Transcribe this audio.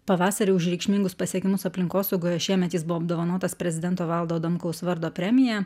pavasarį už reikšmingus pasiekimus aplinkosaugoje šiemet jis buvo apdovanotas prezidento valdo adamkaus vardo premija